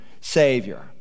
Savior